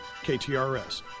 KTRS